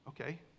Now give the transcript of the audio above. okay